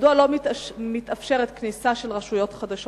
מדוע לא מתאפשרת כניסה של רשויות חדשות